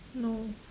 no